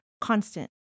constant